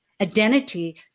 identity